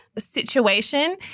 situation